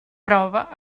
prova